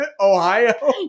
ohio